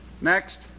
Next